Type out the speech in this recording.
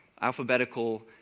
alphabetical